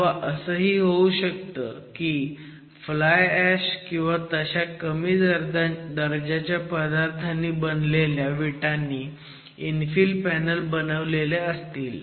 किंवा असंही होऊ शकते की फ्लाय ऍश किंवा तशा कमी दर्जाच्या पदार्थांनी बनलेल्या विटांनी इन्फिल पॅनल बनवलेले असतील